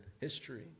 history